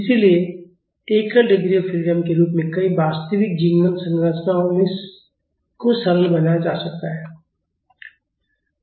इसलिए एकल degree of freedom के रूप में कई वास्तविक जीवन संरचनाओं को सरल बनाया जा सकता है